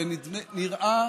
ונדמה,